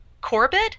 Corbett